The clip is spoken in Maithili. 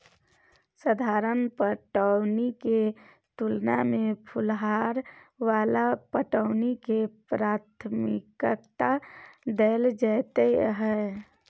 साधारण पटौनी के तुलना में फुहारा वाला पटौनी के प्राथमिकता दैल जाय हय